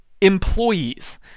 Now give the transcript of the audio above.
employees